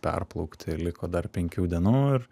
perplaukti liko dar penkių dienų ir